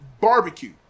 barbecue